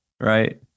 right